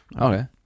Okay